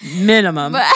Minimum